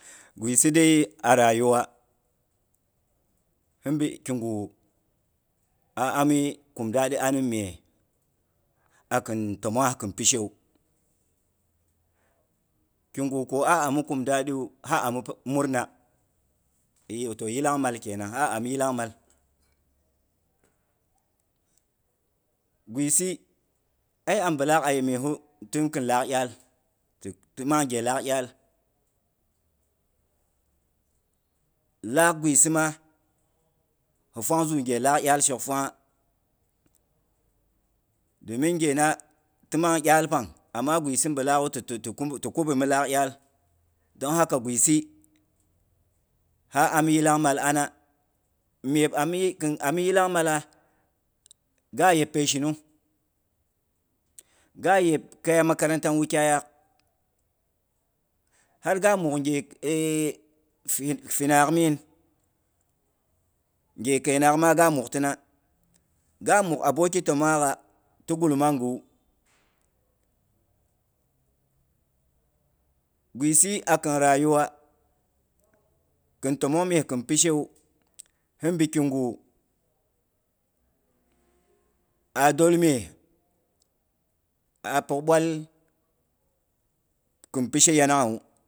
Gwisi dei rayuwa hinbi kingwu a'ami kumdadi ani mye. A kin tomongha kin pishe wu, kigu ku a'ami kum dadiwu, ha a'mi murna iyan toh yilangmal kenang, ha a'mi yilangmal. Gwisi, ai an bilaak a'ye myeha tin khin laak iyal. Timang gye laak iygi. laak gwisi ma hi fwang zughe laak iyalshok fwangha. Domin ghe na timang iyal pang ama gwisi bi laagwu ti- ti-kubemi laak lyal. Don haka gwisi ha a'mi yilang mal ana. Myep ami ghin a'mi yilangmalla, ga yepeishinung ga yep kaya makaranta ni wukyayaak har ga muk nghe fi- finang min, nghe kəinangma ga muktona, ga muk aboki tomonghaga ti gul-mangawu gwisi akin rayuwa kin tomong mye kin pishe wu, hinbi kigu aa dwol mye, a pyok bwal kin pishe yanangwu.